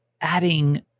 adding